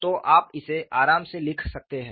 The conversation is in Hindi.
तो आप इसे आराम से लिख सकते हैं